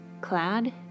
clad